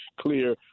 clear